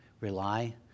rely